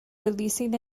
releasing